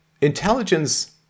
intelligence